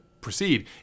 proceed